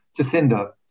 Jacinda